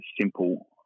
simple